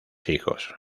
hijos